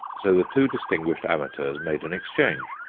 so the two distinguished amateurs made an exchange.